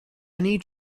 need